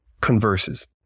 converses